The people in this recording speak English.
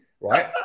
right